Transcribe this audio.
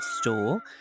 store